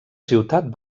ciutat